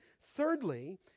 Thirdly